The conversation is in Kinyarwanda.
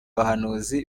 abahanuzi